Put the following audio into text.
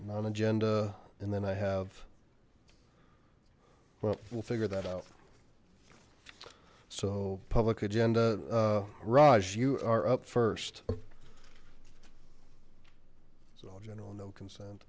non agenda and then i have well we'll figure that out so public agenda raj you are up first so general no consent